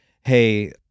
Hey